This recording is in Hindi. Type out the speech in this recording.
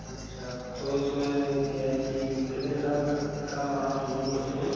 अच्छा तो इसमें क्या है कि कितने साल तक का आप लोन करते हैं